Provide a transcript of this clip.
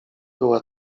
była